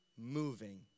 moving